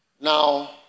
Now